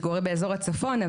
מתגורר באזור הצפון.